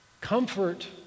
Comfort